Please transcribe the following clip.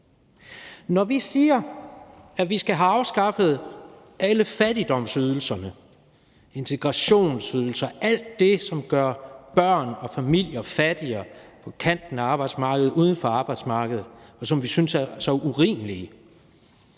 Når vi siger, at vi skal have afskaffet alle fattigdomsydelserne, integrationsydelser, alt det, som gør børn og familier fattigere på kanten af arbejdsmarkedet og uden for arbejdsmarkedet, som vi synes er så urimelige,